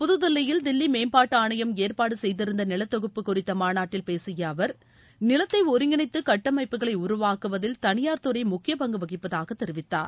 புதுதில்லியில் தில்லிமேம்பாட்டுஆணையம் ஏற்பாடுசெய்திருந்தநிலத்தொகுப்பு குறித்தமாநாட்டில் பேசியஅவர் நிலத்தைஒருங்கிணைத்துகட்டுமைப்புகளைஉருவாக்குவதில் தனியார் துறைமுக்கியப்பங்கு வகிப்பதாகதெரிவித்தார்